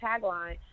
tagline